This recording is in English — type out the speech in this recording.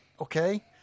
Okay